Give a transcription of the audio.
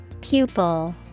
Pupil